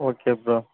okay bro